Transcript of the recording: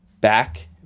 back